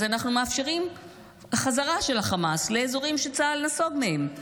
אנחנו מאפשרים את החזרה של החמאס לאזורים שצה"ל נסוג מהם.